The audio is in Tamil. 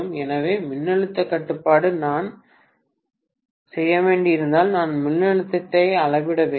எனவே மின்னழுத்தக் கட்டுப்பாடு நான் செய்ய வேண்டியிருந்தால் நான் மின்னழுத்தத்தை அளவிட வேண்டும்